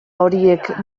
horiek